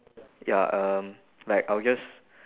ya um like I'll just